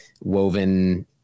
woven